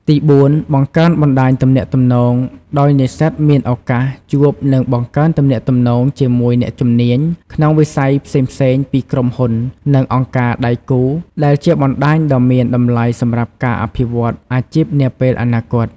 ទីបួន បង្កើនបណ្តាញទំនាក់ទំនង ដោយនិស្សិតមានឱកាសជួប និងបង្កើតទំនាក់ទំនងជាមួយអ្នកជំនាញក្នុងវិស័យផ្សេងៗពីក្រុមហ៊ុន និងអង្គការដៃគូ ដែលជាបណ្តាញដ៏មានតម្លៃសម្រាប់ការអភិវឌ្ឍអាជីពនាពេលអនាគត។